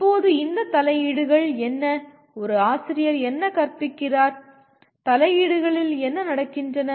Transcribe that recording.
இப்போது இந்த தலையீடுகள் என்ன ஒரு ஆசிரியர் என்ன கற்பிக்கிறார் தலையீடுகளில் என்ன நடக்கின்றன